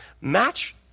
match